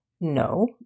No